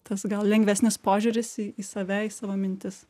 tas gal lengvesnis požiūris į į save į savo mintis